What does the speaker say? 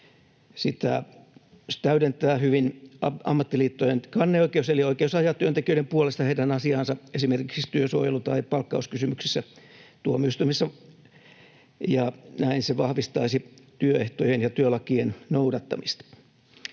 Sitä täydentää hyvin ammattiliittojen kanneoikeus eli oikeus ajaa työntekijöiden puolesta heidän asiaansa esimerkiksi työsuojelu- tai palkkauskysymyksissä tuomioistuimissa, ja näin se vahvistaisi työehtojen ja työlakien noudattamista.